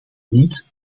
niet